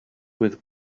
with